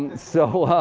so